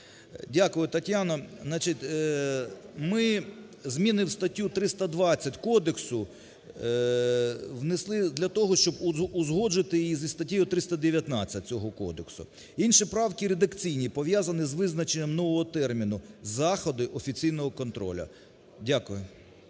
Дякую, Тетяно. Значить ми зміни в статтю 320 кодексу внесли для того, щоб узгодити її зі статтею 319 цього кодексу. Інші правки, редакційні, пов'язані з визначенням нового терміну – "заходи офіційного контролю". Дякую.